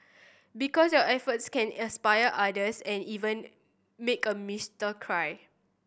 because your efforts can inspire others and even make a cry